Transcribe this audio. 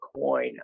coin